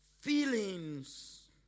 feelings